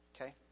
Okay